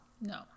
no